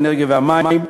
האנרגיה והמים,